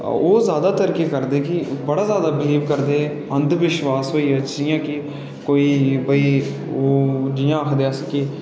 ओह् जादातर केह् करदे कि बड़ा जादा बिलीव करदे अंधविश्वास होइया जि''यां की कोई भाई ओह् जि'यां आखदेे